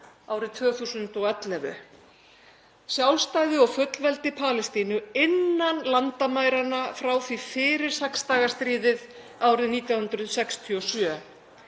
árið 2011, sjálfstæði og fullveldi Palestínu innan landamæranna frá því fyrir sex daga stríðið árið 1967.